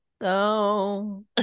no